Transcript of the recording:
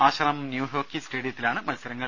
Asramam new hockey സ്റ്റേഡിയത്തിലാണ് മത്സ രങ്ങൾ